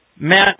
Matt